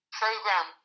program